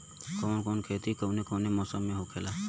कवन कवन खेती कउने कउने मौसम में होखेला?